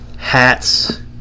Hats